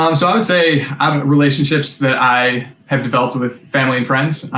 um so, i would say relationships that i have developed with family and friends.